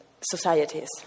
societies